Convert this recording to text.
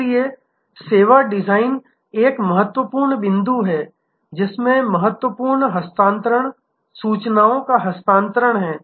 इसलिए सेवा डिजाइन एक महत्वपूर्ण बिंदु है जिसमें महत्वपूर्ण हस्तांतरण सूचनाओं का हस्तांतरण हैं